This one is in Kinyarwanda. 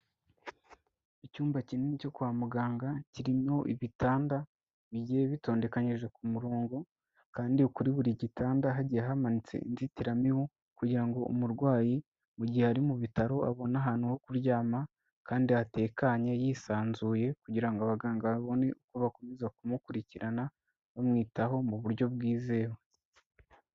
Icyumba kinini cyo kwa muganga, kirimo ibitanda bigiye bitondekanyije kumurongo kandi kuri buri gitanda hagiye hamanitse inzitiramibu kugira ngo umurwayi mu gihe ari mu bitaro abone ahantu ho kuryama, kandi hatekanye yisanzuye kugira ngo abaganga babone uko bakomeza kumukurikirana, bamwitaho mu buryo bwizewe.